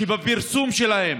שבפרסום שלהן